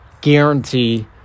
guarantee